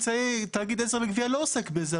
תאגיד עזר לגבייה לא עוסק בזה,